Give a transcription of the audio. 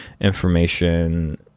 Information